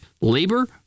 labor